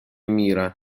мира